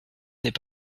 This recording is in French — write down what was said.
n’est